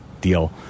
deal